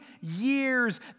years